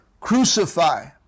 crucify